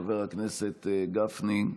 חבר הכנסת גפני,